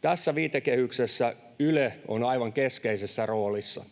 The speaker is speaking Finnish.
Tässä viitekehyksessä Yle on aivan keskeisessä roolissa.